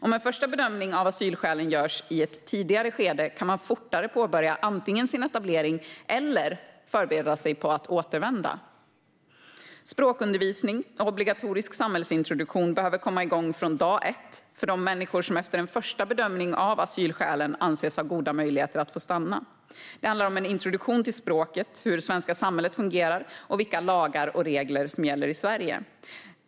Om en första bedömning av asylskälen görs i ett tidigare skede kan man fortare antingen påbörja sin etablering eller förbereda sig på att återvända. Språkundervisning och obligatorisk samhällsintroduktion behöver komma igång från dag ett för de människor som efter en första bedömning av asylskälen anses ha goda möjligheter att få stanna. Det handlar om en introduktion till språket, hur det svenska samhället fungerar och vilka lagar och regler som gäller i Sverige.